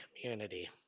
community